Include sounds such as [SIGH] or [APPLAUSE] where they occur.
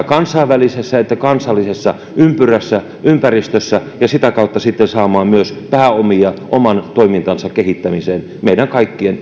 [UNINTELLIGIBLE] kansainvälisessä että kansallisessa ympäristössä ympäristössä ja sitä kautta sitten saamaan myös pääomia oman toimintansa kehittämiseen meidän kaikkien